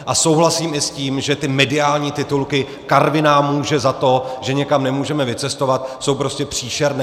A souhlasím i s tím, že ty mediální titulky Karviná může za to, že někam nemůžeme vycestovat jsou prostě příšerné.